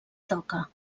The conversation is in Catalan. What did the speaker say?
toca